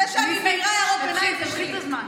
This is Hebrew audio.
זה שאני מעירה הערות ביניים, תוסיף לי זמן.